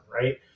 right